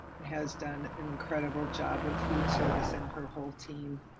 has done an incredible job with food service and her whole team.